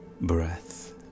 breath